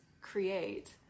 create